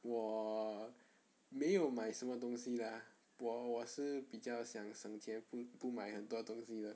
我没有买什么东西 lah 我我是比较想省钱不不买很多东西的